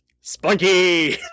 spunky